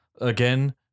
again